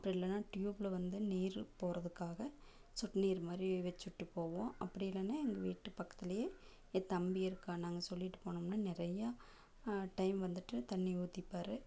அப்படி இல்லைனா டியூப்பில் வந்து நீர் போகிறதுக்காக சொட்டு நீர் மாதிரி வச்சுட்டு போவோம் அப்படி இல்லைனா எங்கள் வீட்டு பக்கத்திலே என் தம்பி இருக்கான் நாங்கள் சொல்லிகிட்டு போனோம்னா நிறைய டைம் வந்துட்டு தண்ணீ ஊற்றிப்பாரு